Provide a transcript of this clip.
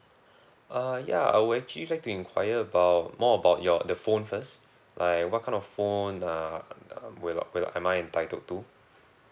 uh ya I would actually like to enquire about more about your the phone first like what kind of phone uh uh will I will I am I entitled to